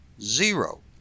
zero